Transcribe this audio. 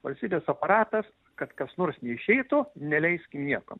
valstybės aparatas kad kas nors neišeitų neleiskim niekam